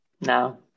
No